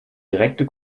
direkte